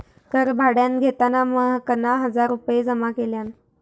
घर भाड्यान घेताना महकना हजार रुपये जमा केल्यान